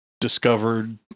discovered